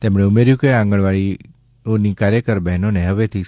તેમણે ઉમેર્યું કે આંગણવાડીઓની કાર્યકર બહેનોને હવેથી રૂ